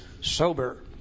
sober